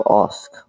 ask